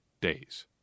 days